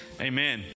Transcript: Amen